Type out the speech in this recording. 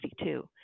1962